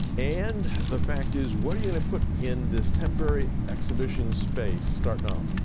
and the fact is, what are you going to put in this temporary exhibition space starting off?